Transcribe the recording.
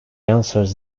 answers